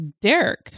Derek